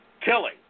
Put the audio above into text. killing